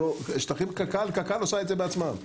בשטחי קק"ל, קק"ל מבצעת בעצמה.